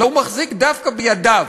אלא הוא מחזיק דווקא בידיו,